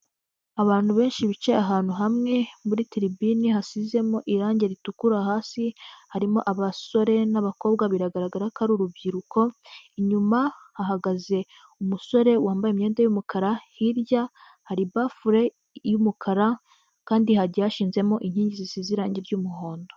Abantu benshi bicaye ahantu hamwe muri tiribine hasizemo irange ritukura hasi, harimo abasore n'abakobwa biragaragara ko ari urubyiruko. Inyuma hahagaze umusore wambaye imyenda y'umukara, hirya hari bafule y'umukara kandi hagiye hashinzemo inkingi zisize irange ry'umuhondo.